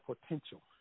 potential